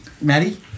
Maddie